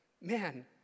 man